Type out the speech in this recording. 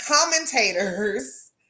commentators